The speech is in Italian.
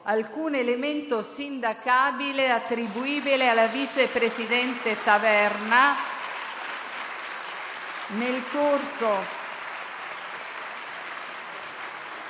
alcun elemento sindacabile attribuibile alla vice presidente Taverna nel corso